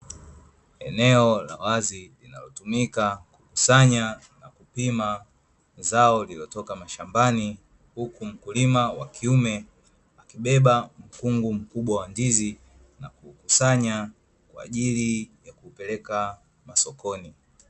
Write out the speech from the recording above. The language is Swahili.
Eneo la wazi linalotumika kukusanya na kupima zao lililotoka mashambani, huku mkulima wa kiume akibeba mkunguu mkubwa wa ndizi na kukusanya kwa ajili ya kupeleka sokoni.